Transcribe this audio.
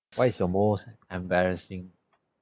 what is your most embarrassing